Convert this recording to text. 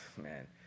man